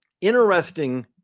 interesting